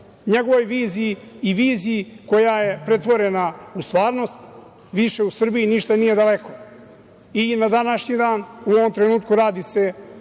njegovoj viziji i viziji koja je pretvorena u stvarnost, više u Srbiji ništa nije daleko. I na današnji dan, u ovom trenutku radi se